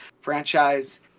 franchise